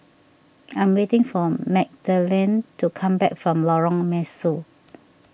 I'm waiting for Magdalen to come back from Lorong Mesu